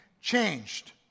changed